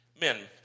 men